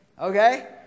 okay